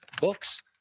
books